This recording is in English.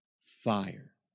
fire